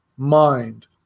mind